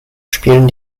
spielen